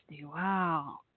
Wow